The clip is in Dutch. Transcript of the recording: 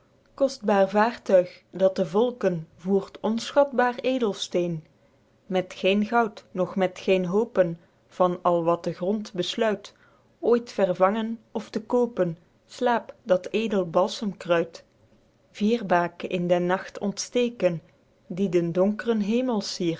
vaertuig dat de volken voert onschatbaer edelsteen met geen goud noch met geen hoopen van al wat de grond besluit ooit vervangen of te koopen slaep dat edel balsemkruid vierbake in den nacht ontsteken die den donkren hemel